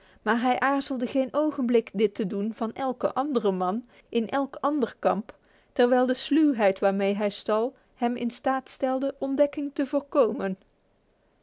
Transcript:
maar hij aarzelde geen ogenblik dit te doen van eiken anderen man in elk ander kamp terwijl de sluwheid waarmee hij stal hem in staat stelde ontdekking te voorkomen